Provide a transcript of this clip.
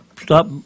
stop